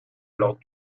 lors